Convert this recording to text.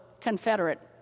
Confederate